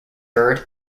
byrd